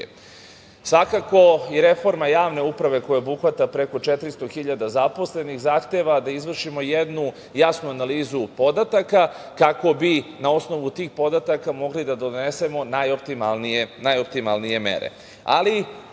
Srbije. Svakako i reforma javne uprave koja obuhvata preko 400 hiljada zaposlenih zahteva da izvršimo jednu jasnu analizu podataka kako bi na osnovu tih podataka mogli da donesemo najoptimalnije mere.